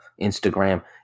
Instagram